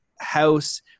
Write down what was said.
house